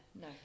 No